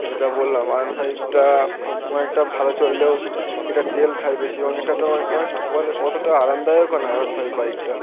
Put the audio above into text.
যেটা বললাম আয়রন ফাইভটা অনেকটা ভালো চললেও এটা তেল খায় বেশি এবং এটা অনেকটা অতটা আরামদায়কও না আয়রন ফাইভ বাইকটা